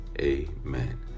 amen